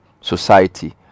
society